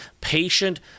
patient